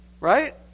right